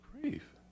grief